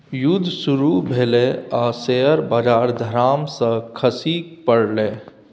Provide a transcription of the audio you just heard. जुद्ध शुरू भेलै आ शेयर बजार धड़ाम सँ खसि पड़लै